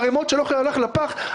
ערימות של אוכל הלכו לפח.